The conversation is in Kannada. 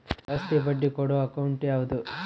ಜಾಸ್ತಿ ಬಡ್ಡಿ ಕೊಡೋ ಅಕೌಂಟ್ ಯಾವುದು?